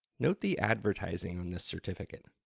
note the advertising on this certificate,